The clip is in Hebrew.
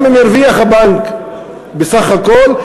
גם אם הרוויח הבנק בסך הכול,